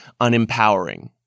unempowering